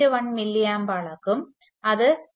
1 milliamp അളക്കും അത് 0